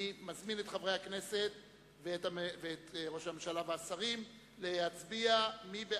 אני מזמין את חברי הכנסת ואת ראש הממשלה והשרים להצביע מי בעד,